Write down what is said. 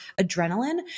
adrenaline